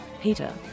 Peter